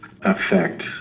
affect